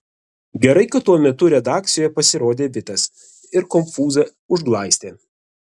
gerai kad tuo metu redakcijoje pasirodė vitas ir konfūzą užglaistė